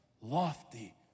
lofty